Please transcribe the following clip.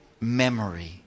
memory